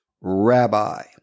Rabbi